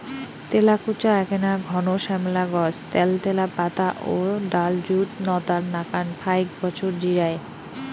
তেলাকুচা এ্যাকনা ঘন শ্যামলা গছ ত্যালত্যালা পাতা ও ডালযুত নতার নাকান ফাইক বছর জিয়ায়